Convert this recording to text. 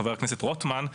חבר הכנסת רוטמן,